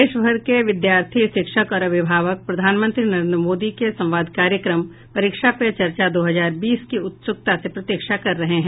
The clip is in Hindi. देश भर के विद्यार्थी शिक्षक और अभिभावक प्रधानमंत्री नरेन्द्र मोदी के संवाद कार्यक्रम परीक्षा पे चर्चा दो हजार बीस की उत्सुकता से प्रतीक्षा कर रहे हैं